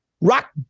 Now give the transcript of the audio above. Rock